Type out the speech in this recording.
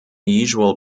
usual